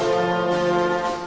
or